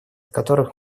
которых